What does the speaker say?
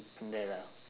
there lah